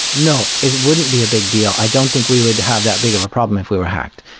no. it wouldn't be a big deal. i don't think we would have that big of a problem if we were hacked,